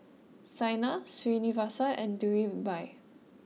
Saina Srinivasa and Dhirubhai